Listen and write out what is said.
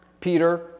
Peter